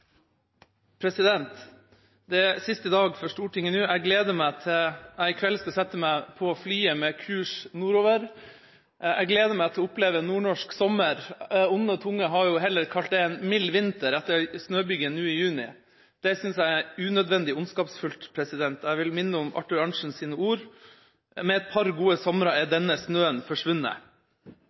siste dag for Stortinget nå. Jeg gleder meg til jeg i kveld skal sette meg på flyet med kurs nordover. Jeg gleder meg til å oppleve nordnorsk sommer. Onde tunger har jo kalt det en mild vinter etter snøbyger nå i juni. Det synes jeg er unødvendig ondskapsfullt. Jeg vil minne om Arthur Arntzens ord: «Med et par gode somra e deinne snøen